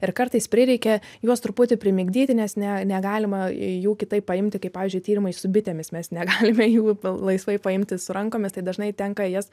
ir kartais prireikia juos truputį primigdyti nes ne negalima jų kitaip paimti kaip pavyzdžiui tyrimai su bitėmis mes negalime jų laisvai paimti su rankomis tai dažnai tenka jas